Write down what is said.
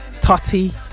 Totti